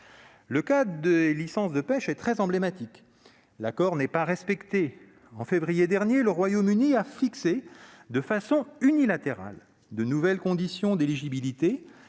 Le cas des licences de pêche est très emblématique. En la matière, l'accord n'est pas respecté. En février dernier, le Royaume-Uni a fixé, de façon unilatérale, de nouvelles conditions d'éligibilité